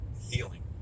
healing